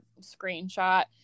screenshot